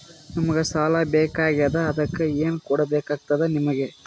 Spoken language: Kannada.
ನಮಗ ಸಾಲ ಬೇಕಾಗ್ಯದ ಅದಕ್ಕ ಏನು ಕೊಡಬೇಕಾಗ್ತದ ನಿಮಗೆ?